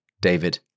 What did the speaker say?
David